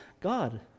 God